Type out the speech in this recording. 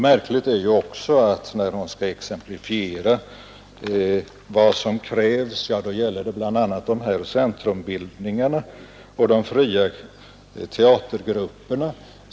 Märkligt är också att fru Ryding när hon skall exemplifiera anför bl.a. centrumbildningarna och de fria teatergrupperna.